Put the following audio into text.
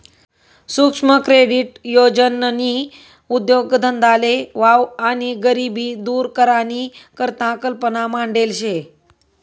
सुक्ष्म क्रेडीट योजननी उद्देगधंदाले वाव आणि गरिबी दूर करानी करता कल्पना मांडेल शे